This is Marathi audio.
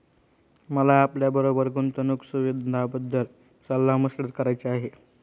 मला आपल्याबरोबर गुंतवणुक सुविधांबद्दल सल्ला मसलत करायची आहे